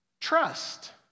trust